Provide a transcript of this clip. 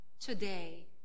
Today